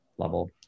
level